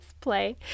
play